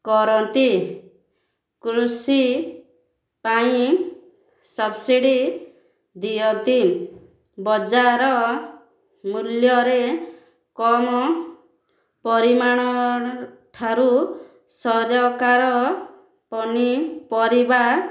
କରନ୍ତି କୃଷି ପାଇଁ ସବସିଡ଼ି ଦିଅନ୍ତି ବଜାର ମୂଲ୍ୟରେ କମ ପରିମାଣ ଠାରୁ ସରକାର ପନିପରିବା